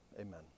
Amen